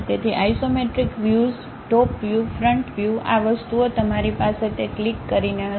તેથી isometric views top view front view આ વસ્તુઓ તમારી પાસે તે ક્લિક કરીને હશે